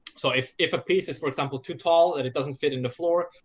so if if a piece is, for example, too tall and it doesn't fit in the floor,